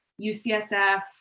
UCSF